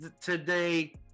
today